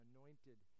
Anointed